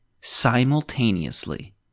simultaneously